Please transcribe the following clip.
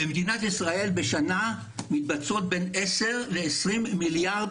במדינת ישראל מתבצעות בין 10 ל-20 מיליארד